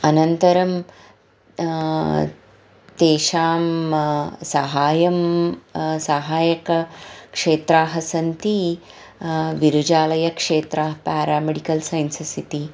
अनन्तरं तेषां साहाय्यं साहाय्यकक्षेत्राणि सन्ति विरुजालयक्षेत्राणि पेरामिडिकल् सैन्सस् इति